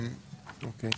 כן,